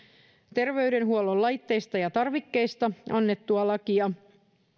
terveydenhuollon laitteista ja tarvikkeista annettua lakia